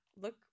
look